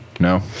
No